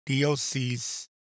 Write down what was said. DOCs